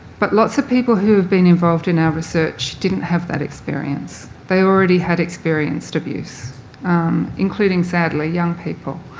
but lots of people who have been involved in our research didn't have that experience. they already had experienced abuse including, sadly, young people.